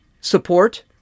support